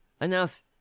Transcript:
enough